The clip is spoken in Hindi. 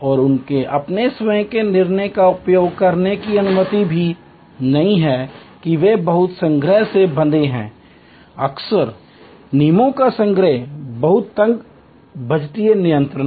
और उन्हें अपने स्वयं के निर्णय का उपयोग करने की अनुमति नहीं है कि वे बहुत संग्रह से बंधे हैं अक्सर नियमों का संग्रह बहुत तंग बजटीय नियंत्रण